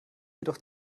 jedoch